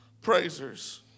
praisers